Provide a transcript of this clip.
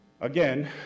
Again